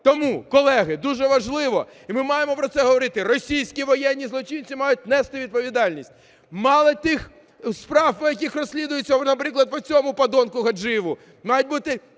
Тому, колеги, дуже важливо, і ми маємо про це говорити, російські воєнні злочинці мають нести відповідальність. Мало тих справ, по яких розслідується, от наприклад, по цьому подонку Гаджиєву, мають і